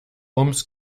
ums